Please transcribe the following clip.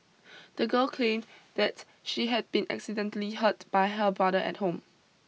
the girl claimed that she had been accidentally hurt by her brother at home